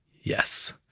yes.